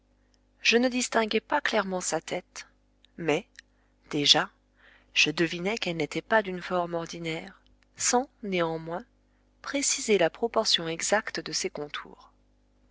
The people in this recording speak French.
je ne distinguais pas clairement sa tête mais déjà je devinais qu'elle n'était pas d'une forme ordinaire sans néanmoins préciser la proportion exacte de ses contours